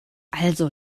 also